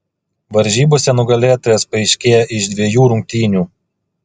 varžybose nugalėtojas paaiškėja iš dviejų rungtynių